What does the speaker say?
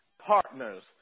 Partners